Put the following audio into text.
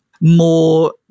more